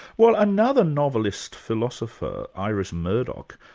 well another novelist-philosopher, iris murdoch,